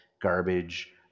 Garbage